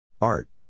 Art